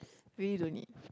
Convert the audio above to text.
really don't need